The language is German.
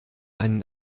einen